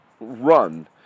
run